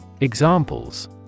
Examples